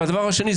והדבר השני,